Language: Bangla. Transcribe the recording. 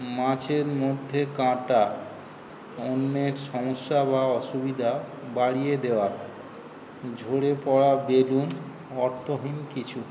মাছের মধ্যে কাঁটা অন্যের সমস্যা বা অসুবিধা বাড়িয়ে দেওয়া ঝরে পড়া বেগুন অর্থহীন কিছু